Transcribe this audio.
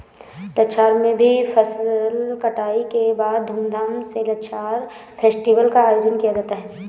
लद्दाख में भी फसल कटाई के बाद धूमधाम से लद्दाख फेस्टिवल का आयोजन किया जाता है